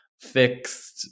fixed